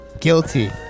Guilty